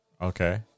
Okay